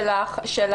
הכליאה,